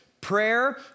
prayer